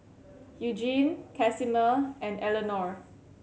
Eugene Casimer and Eleonore